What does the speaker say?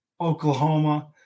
Oklahoma